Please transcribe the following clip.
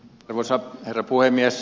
arvoisa herra puhemies